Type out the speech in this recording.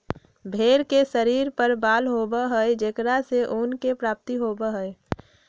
भेंड़ के शरीर पर बाल होबा हई जेकरा से ऊन के प्राप्ति होबा हई